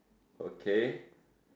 okay